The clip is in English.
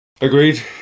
Agreed